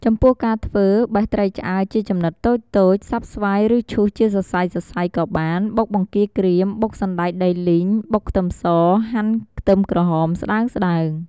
ចំពោះការធ្វើ បេះត្រីឆ្អើរជាចំណិតតូចៗ សាប់ស្វាយឬឈូសជាសសៃៗក៏បាន បុកបង្គារក្រៀម បុកសណ្តែកដីលីង បុកខ្ទឹមស ហាន់ខ្ទឹមក្រហមស្តើងៗ